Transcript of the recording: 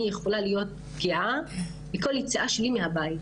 יכולה להיות פגיעה בכל יציאה שלי מהבית.